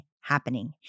happening